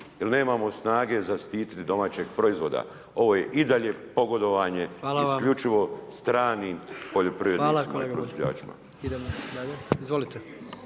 jer nemamo snage zaštititi domaćeg proizvoda, ovo je i dalje pogodovanje isključivo stranim poljoprivrednicima i proizvođačima.